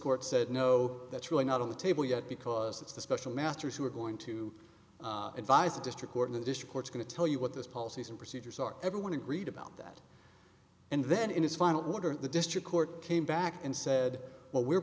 court said no that's really not on the table yet because it's the special masters who are going to advise the district court in addition court's going to tell you what this policies and procedures are everyone agreed about that and then in his final order the district court came back and said well we're